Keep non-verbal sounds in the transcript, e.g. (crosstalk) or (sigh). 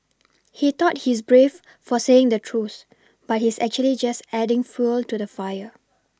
he thought he's brave for saying the truth but he's actually just adding fuel to the fire (noise)